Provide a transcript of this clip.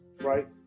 right